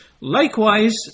Likewise